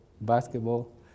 basketball